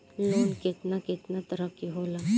Loan केतना केतना तरह के होला?